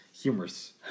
humorous